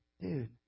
Dude